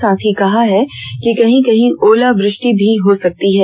साथ ही कहा है कि कहीं कहीं ओलावृष्टि भी हो सकती है